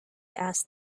asked